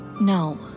No